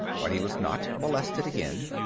but he was not molested again.